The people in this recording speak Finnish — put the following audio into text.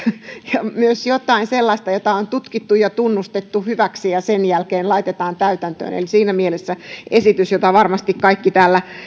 ja myös jotain sellaista jota on tutkittu ja tunnustettu hyväksi ja sen jälkeen laitetaan täytäntöön eli siinä mielessä esitys jota varmasti kaikki täällä